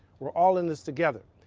we're all in this together.